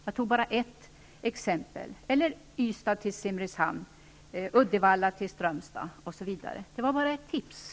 Man skulle kunna flytta tingsrätten i Strömstad osv. Det är bara ett förslag.